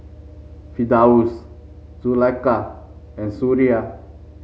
Firdaus Zulaikha and Suria